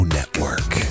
Network